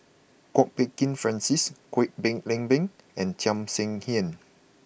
Kwok Peng Kin Francis Kwek Leng Beng and Tham Sien Yen